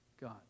God